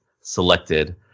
selected